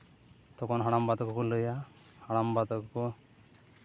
ᱛᱚᱠᱷᱚᱱ ᱦᱟᱲᱟᱢᱵᱟ ᱛᱟᱠᱚ ᱠᱚ ᱞᱟᱹᱭᱟ ᱦᱟᱲᱟᱢᱵᱟ ᱛᱟᱠᱚ